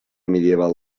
medieval